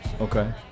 Okay